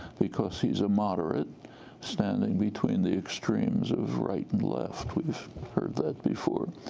because he's a moderate standing between the extremes of right and left. we've heard that before.